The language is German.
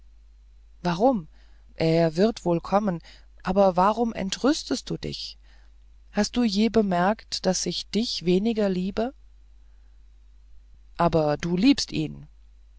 warum er wird wohl kommen aber warum entrüstest du dich hast du je bemerkt daß ich dich weniger liebe aber du liebst ihn